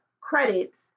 credits